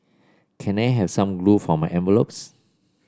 can I have some glue for my envelopes